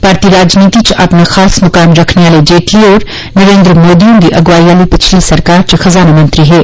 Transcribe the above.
भारती राजनीति च अपना खास मुकाम रक्खने आले जेटली होर नरेन्द्र मोदी ह्न्दी अगुआई आली पिच्छली सरकार च ओह खजाना मंत्री हे